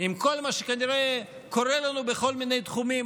עם כל מה שכנראה קורה לנו בכל מיני תחומים,